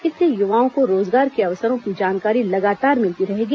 इससे युवाओं को रोजगार के अवसरो की जानकारी लगातार मिलती रहेगी